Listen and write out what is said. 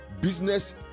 business